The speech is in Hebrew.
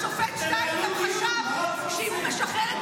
השופט שטיין גם חשב שאם הוא משחרר את